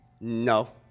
no